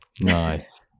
Nice